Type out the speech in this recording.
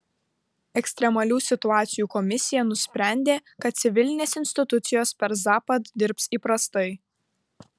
ekstremalių situacijų komisija nusprendė kad civilinės institucijos per zapad dirbs įprastai